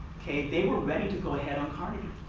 okay, they were ready to go ahead on carnegie.